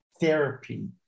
therapy